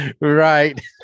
right